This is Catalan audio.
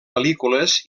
pel·lícules